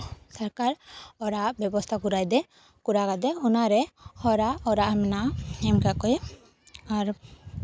ᱥᱚᱨᱠᱟᱨ ᱚᱲᱟᱜ ᱨᱮᱭᱟᱜ ᱵᱮᱵᱚᱥᱛᱟ ᱠᱚᱨᱟᱣ ᱮᱫᱟᱭ ᱠᱚᱨᱟᱣ ᱠᱟᱫᱟᱭ ᱚᱱᱟᱨᱮ ᱦᱚᱲᱟᱜ ᱚᱲᱟᱜ ᱢᱮᱱᱟᱜᱼᱟ ᱮᱢ ᱠᱟᱜ ᱠᱚᱣᱟᱭ ᱟᱨ